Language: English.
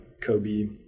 Kobe